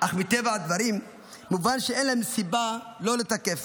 אך מטבע הדברים, מובן שאין להם סיבה לא לתקף.